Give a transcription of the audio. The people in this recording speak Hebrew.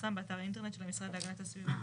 שיפורסם באתר האינטרנט של המשרד להגנת הסביבה.